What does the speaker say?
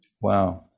Wow